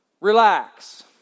Relax